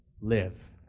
live